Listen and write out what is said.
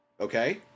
Okay